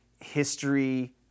history